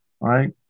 right